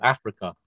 Africa